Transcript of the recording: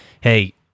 hey